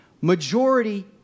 Majority